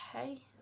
Okay